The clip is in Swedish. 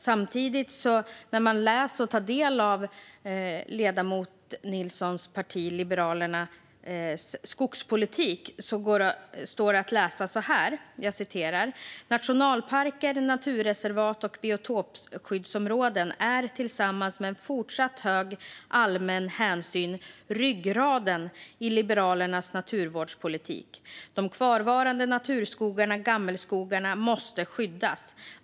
När man tar del av skogspolitiken hos ledamoten Nilssons parti Liberalerna står det att läsa följande: "Nationalparker, naturreservat och biotopskyddsområden är tillsammans med en fortsatt hög allmän hänsyn ryggraden i Liberalernas naturvårdspolitik. De kvarvarande naturskogarna, gammelskogarna, måste skyddas.